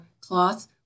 cloth